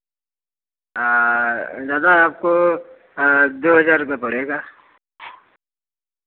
दादा आपको दो हज़ार रुपैया पड़ेगा